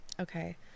Okay